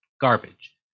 garbage